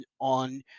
on